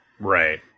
Right